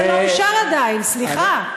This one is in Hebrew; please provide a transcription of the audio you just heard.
זה לא אושר עדיין, סליחה.